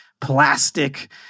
plastic